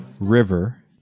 River